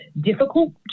difficult